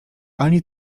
ani